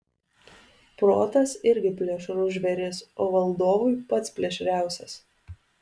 protas irgi plėšrus žvėris o valdovui pats plėšriausias